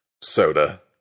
soda